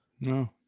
No